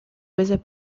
veces